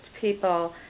people